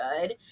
good